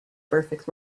perfect